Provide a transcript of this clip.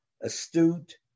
astute